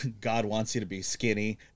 God-wants-you-to-be-skinny